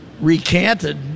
recanted